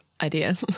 idea